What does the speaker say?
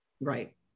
Right